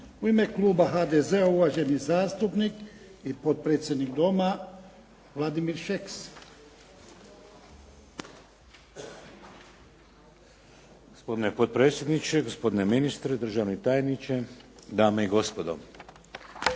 U ime kluba HDZ-a uvaženi zastupnik i potpredsjednik doma Vladimir Šeks. **Šeks, Vladimir (HDZ)** Gospodine potpredsjedniče, gospodine ministre, državni tajniče, dame i gospodo.